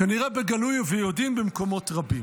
כנראה בגלוי וביודעין במקומות רבים.